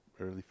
early